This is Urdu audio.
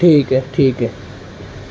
ٹھیک ہے ٹھیک ہے